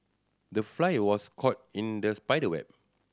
the fly was caught in the spider web